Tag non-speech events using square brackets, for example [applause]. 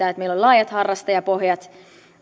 [unintelligible] että meillä on laajat harrastajapohjat